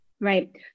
Right